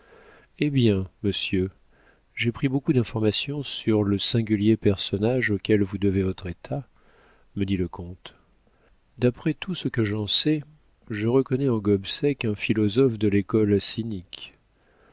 eh bien monsieur j'ai pris beaucoup d'informations sur le singulier personnage auquel vous devez votre état me dit le comte d'après tout ce que j'en sais je reconnais en gobseck un philosophe de l'école cynique